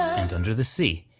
and under the sea,